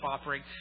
offering